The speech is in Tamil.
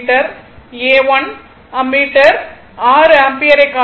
A 1 அம்மீட்டர் 6 ஆம்பியரை காட்டும்